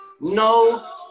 no